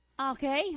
Okay